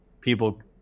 people